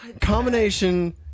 Combination